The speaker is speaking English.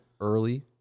early